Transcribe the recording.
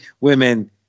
women